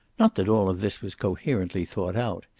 not that all of this was coherently thought out.